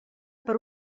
per